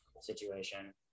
situation